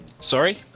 Sorry